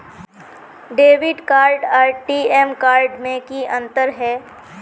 Debit card आर ATM card में की अंतर है?